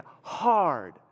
hard